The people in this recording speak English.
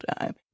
time